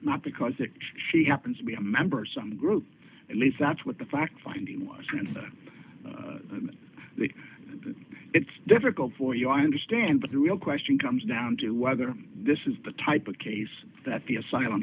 not because it she happens to be a member some group at least that's what the fact finding was that the it's difficult for you i understand but the real question comes down to whether this is the type of case that the asylum